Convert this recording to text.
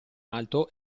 alto